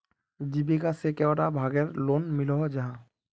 जीविका से कैडा भागेर लोन मिलोहो जाहा?